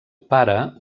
pare